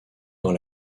dans